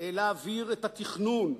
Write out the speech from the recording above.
להעביר את התכנון: